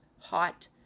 hot